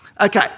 Okay